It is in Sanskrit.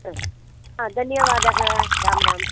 हा धन्यवादः रां राम्